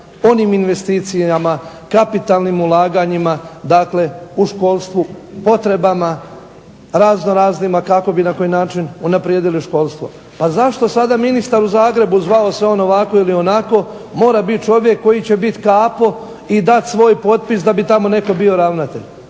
onim ljudima, kapitalnim ulaganjima, u školstvu potrebama razno raznima kako bi na takav način unaprijedili školstvo. Zašto sada ministar u Zagrebu zvao se ovako ili onako mora biti čovjek koji će biti kapo i dati svoj potpis da bi tamo netko bio ravnatelj.